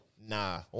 Nah